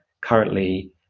currently